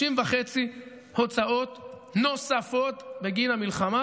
30.5 הוצאות נוספות בגין המלחמה,